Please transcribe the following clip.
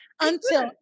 Until-